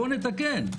בואו נתקן,